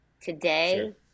today